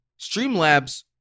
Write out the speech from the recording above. Streamlabs